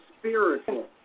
spiritual